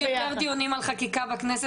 ככל שיהיו יותר דיונים על חקיקה בכנסת,